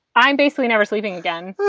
i'm basically never sleeping again.